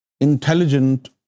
Intelligent